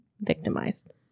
victimized